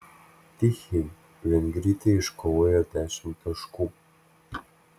tichei vengrytė iškovojo dešimt taškų